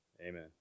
Amen